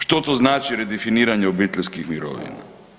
Što to znači redefiniranje obiteljskih mirovina?